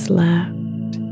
left